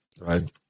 right